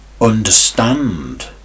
understand